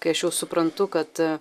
kai aš jau suprantu kad